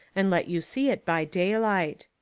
and let you see it by daylight.